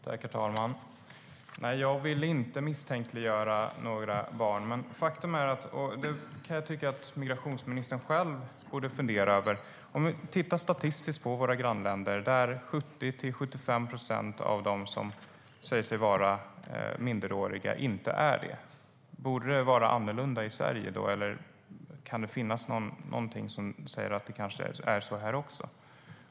Herr talman! Jag vill inte misstänkliggöra några barn. Men det finns något som migrationsministern själv borde fundera över. Statistiskt sett i våra grannländer är det så att 70-75 procent av dem som säger sig vara minderåriga inte är det. Borde det vara annorlunda i Sverige, eller kanske det kan vara så här också?